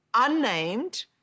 Unnamed